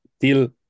till